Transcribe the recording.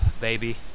baby